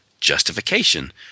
justification